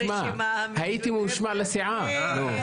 הייתי ממושמע לסיעה.